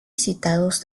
visitados